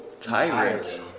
Tyrant